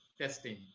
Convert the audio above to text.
testing